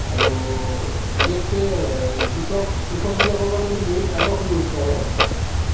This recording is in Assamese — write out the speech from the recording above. আৰু বিশেষকৈ কৃষক কৃষকবিলাকৰ কাৰণেটো বহুত ডাঙৰ সমস্যা হয়